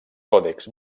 còdexs